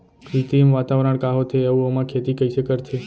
कृत्रिम वातावरण का होथे, अऊ ओमा खेती कइसे करथे?